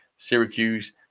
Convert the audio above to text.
Syracuse